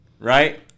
right